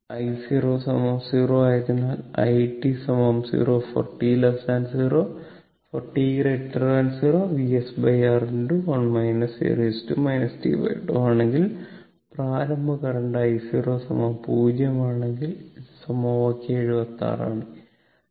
I0 0 ആയതിനാൽ i 0 for t 0for t 0 VsR 1 e tτ ആണെങ്കിൽ പ്രാരംഭ കറന്റ് i0 0 ആണെങ്കിൽ ഇത് സമവാക്യം 76 ആണ്